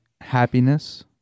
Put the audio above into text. happiness